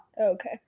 Okay